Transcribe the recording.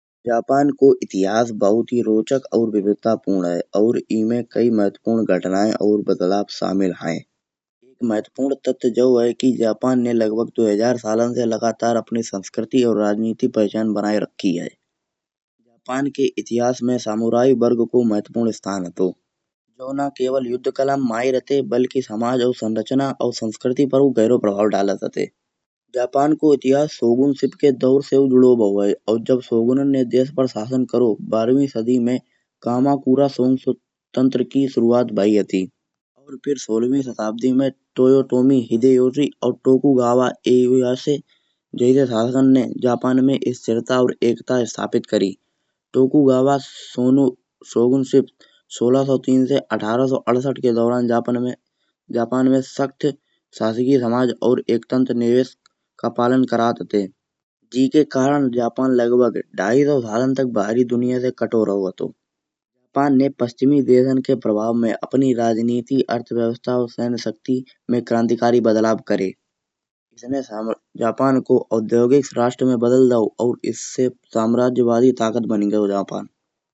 जापान को इतिहास बहुत ही रोचक और विविधतापूर्ण है और ऐसे में कई महत्वपूर्ण घटनाएँ और बदलाव शामिल हैं। महत्वपूर्ण तथ्य जो है कि जापान ने लगभग दो हजार सालन से लगातार अपने संस्कृति और राजनीतिक पहचान बनाए रखी है। जापान के इतिहास में समुराई वर्ग को महत्वपूर्ण स्थान हतो। जो ना केवल युद्ध कला में माहिर होते बल्कि समाज और संरचना और संस्कृति पर गहरो प्रभाव डालते होते। जापान को इतिहास शोगुन शिप के दौर से हु जुड़ो भाव है और जब शोगुन ने देश पर शासन करो। बाहर वी सदी में कामाकुरा तंत्र की शुरुआत भाई । और फिर सोलह वी शताब्दी में तोयोतोमी हिदायूरी और तोपुगावा। जैसे शासन ने जापान में स्थिरता और एकता स्थापित करी। तोपुगावा शोगुन शिप सोलह सो तीन से अठारह सो अड़सठ के दौरान जापान में सक्त शाशकी समाज और एकतंत्र निवेश का पालन करत हते। जीए के करण जापान लगभग दो सो पचास सालन तक बाहरी दुनिया से काटो रहो हतो। जापान ने पश्चिमी देशन के प्रभाव में अपनी राजनीति, अर्थव्यवस्था और सैन्य शक्ति में क्रांतिकारी बदलाव करे। जापान को उद्योगिक राष्ट्र में बदल दाओ और इससे साम्राज्यवादी ताकत बन गाओ जापान।